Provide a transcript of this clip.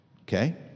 Okay